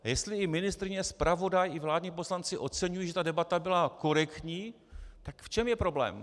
A jestli i ministryně, zpravodaj i vládní poslanci oceňují, že ta debata byla korektní, tak v čem je problém?